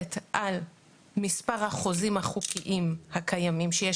מבוססת על מספר החוזים החוקיים הקיימים שיש